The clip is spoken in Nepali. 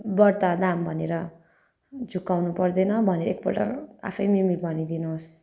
बढ्ता दाम भनेर झुक्याउनु पर्दैन भनेर एकपल्ट आफै मिमी भनिदिनु होस्